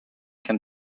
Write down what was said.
can